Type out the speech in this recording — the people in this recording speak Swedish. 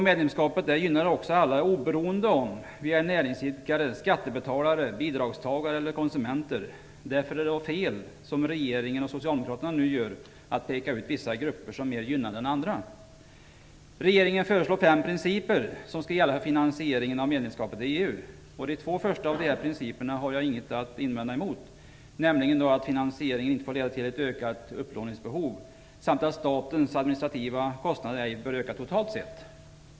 Medlemskapet gynnar oss alla, oberoende om vi är näringsidkare, skattebetalare, bidragstagare eller konsumenter. Därför är det fel att, som regeringen och Socialdemokraterna nu gör, peka ut vissa grupper som mer gynnade än andra. Regeringen föreslår fem principer som skall gälla för finansieringen av medlemskapet i EU. De två första av dessa principer har jag inget att invända emot, nämligen att finansieringen inte får leda till ett ökat upplåningsbehov samt att statens administrativa kostnader ej bör öka totalt sett.